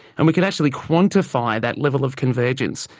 and we could actually quantify that level of convergence.